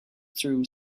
through